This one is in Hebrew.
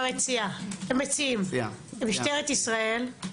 משטרת ישראל,